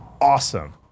awesome